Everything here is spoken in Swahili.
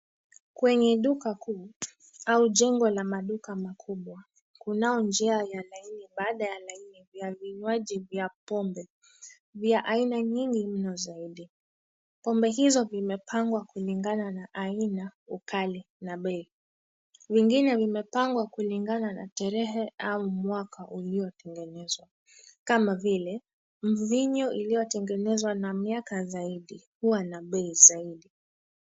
Kwenye duka kuu, au jengo la maduka makubwa. Kunao njia ya laini baada ya laini vya vinywaji vya pombe, vya aina nyingi mno zaidi. Pombe hizo vimepangwa kulingana na aina, ukali na bei. Vingine vimepangwa kulingana na tarehe au mwaka uliotengenezwa, kama vile mvinyo iliyotengenezwa na miaka zaidi huwa na bei zaidi.